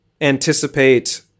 anticipate